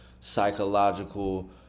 psychological